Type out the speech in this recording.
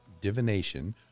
divination